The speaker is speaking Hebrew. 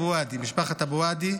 למשפחת אבו האדי.